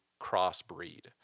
crossbreed